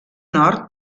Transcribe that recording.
nord